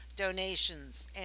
donations